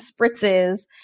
spritzes